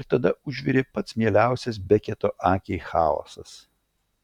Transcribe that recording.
ir tada užvirė pats mieliausias beketo akiai chaosas